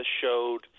showed